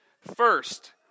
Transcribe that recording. First